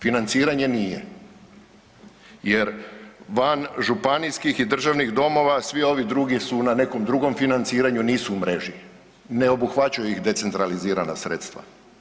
Financiranje nije jer van županijskih i državnih domova svi ovi drugi su na nekom drugom financiranju, nisu u mreži, ne obuhvaćaju ih decentralizirana sredstva.